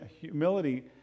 humility